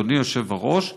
אדוני היושב-ראש,